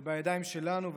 זה בידיים שלנו,